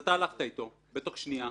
ואתה הלכת איתו בתוך שנייה,